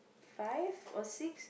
five or six